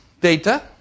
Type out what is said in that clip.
data